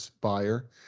buyer